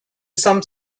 some